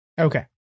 Okay